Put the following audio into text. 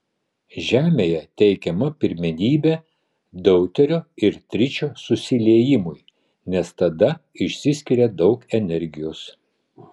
žemėje teikiama pirmenybė deuterio ir tričio susiliejimui nes tada išsiskiria daug energijos